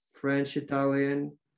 French-Italian